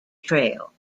trail